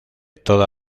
toda